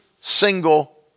single